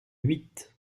huit